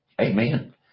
Amen